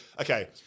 okay